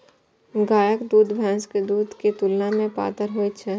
गायक दूध भैंसक दूध के तुलना मे पातर होइ छै